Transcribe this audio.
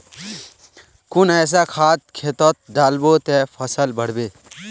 कुन ऐसा खाद खेतोत डालबो ते फसल बढ़बे?